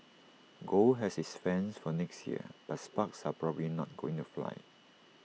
gold has its fans for next year but sparks are probably not going to fly